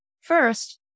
First